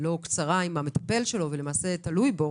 לא קצרה עם המטפל שלו ולמעשה תלוי בו,